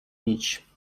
nić